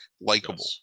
likable